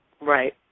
Right